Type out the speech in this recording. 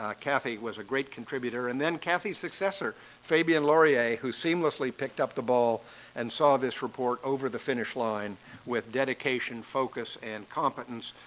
ah cassie was a great contributor and then cassie's successor fabian loree who seamlessly picked up the ball and saw this report over the finish line with dedication, focus, and competence.